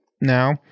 now